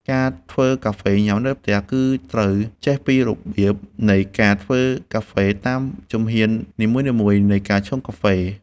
ការធ្វើកាហ្វេញ៉ាំនៅផ្ទះ គឺត្រូវចេះពីរបៀបនៃការធ្វើកាហ្វេតាមជំហ៊ាននីមួយៗនៃការឆុងកាហ្វេ។